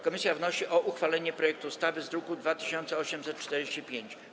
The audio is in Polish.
Komisja wnosi o uchwalenie projektu ustawy z druku nr 2845.